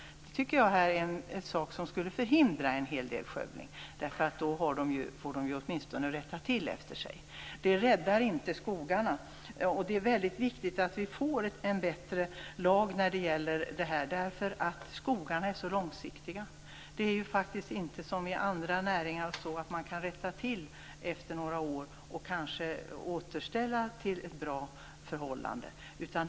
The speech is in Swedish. Det här är alltså något som skulle förhindra en hel del skövling. Man skulle åtminstone få rätta till efter sig. Fast det räddar inte skogarna. Det är väldigt viktigt att vi får en bättre lag, för skogarna är så långsiktiga. Det är faktiskt inte, som i andra näringar, så att man kan rätta till efter några år och kanske återställa till bra förhållanden.